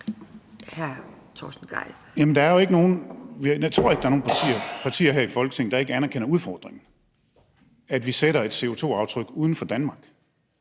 jeg tror ikke, der er nogen partier her i Folketinget, der ikke anerkender udfordringen – at vi sætter et CO2-aftryk uden for Danmark.